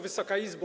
Wysoka Izbo!